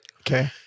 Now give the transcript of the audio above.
Okay